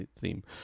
theme